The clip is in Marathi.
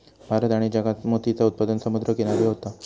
भारत आणि जगात मोतीचा उत्पादन समुद्र किनारी होता